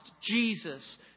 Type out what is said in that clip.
Jesus